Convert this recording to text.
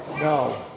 No